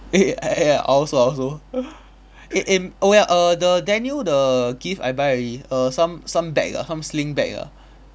eh ya ya I also I also eh eh oh ya err the daniel the gift I buy already err some some bag ah some sling bag ah